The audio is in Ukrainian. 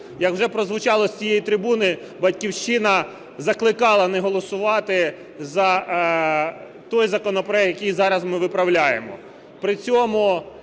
Як вже прозвучало з цієї трибуни, "Батьківщина" закликала не голосувати за той законопроект, який зараз ми виправляємо.